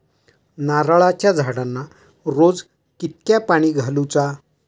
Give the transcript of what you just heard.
नारळाचा झाडांना रोज कितक्या पाणी घालुचा?